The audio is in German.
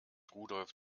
rudolf